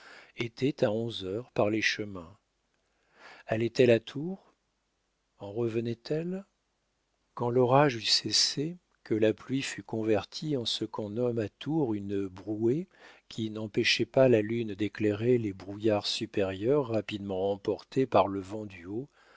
était à onze heures par les chemins allait-elle à tours en revenait elle quand l'orage eut cessé que la pluie fut convertie en ce qu'on nomme à tours une brouée qui n'empêchait pas la lune d'éclairer les brouillards supérieurs rapidement emportés par le vent du haut